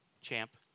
champ